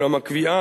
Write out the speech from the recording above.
אולם הקביעה